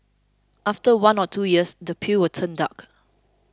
after one or two years the peel will turn dark